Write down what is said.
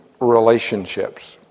relationships